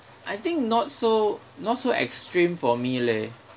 I think not so not so extreme for me leh